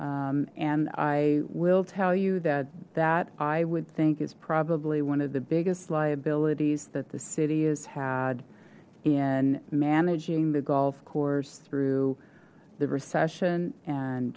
and i will tell you that that i would think is probably one of the biggest liabilities that the city has had in managing the golf course through the recession and